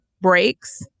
breaks